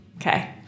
Okay